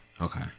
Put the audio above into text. Okay